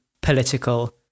political